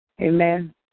Amen